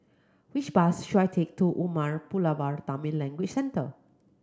which bus should I take to Umar Pulavar Tamil Language Centre